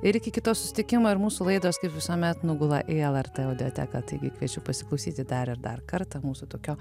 ir iki kito susitikimo ir mūsų laidos kaip visuomet nugula į lrt audioteką taigi kviečiu pasiklausyti dar ir dar kartą mūsų tokio